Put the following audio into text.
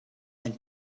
and